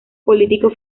político